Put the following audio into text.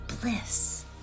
bliss